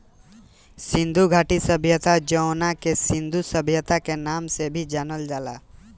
सिंधु घाटी सभ्यता जवना के सिंधु सभ्यता के नाम से भी जानल जाला